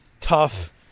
tough